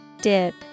Dip